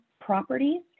properties